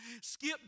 Skip